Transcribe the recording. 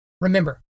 Remember